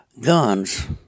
guns